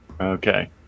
Okay